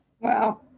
Wow